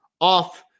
off